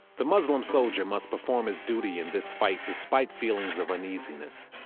the muslim soldier must perform his duty in this fight despite feelings of uneasiness.